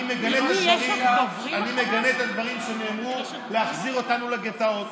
אני מגנה את הדברים שנאמרו, להחזיר אותנו לגטאות,